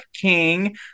King